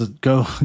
go